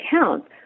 accounts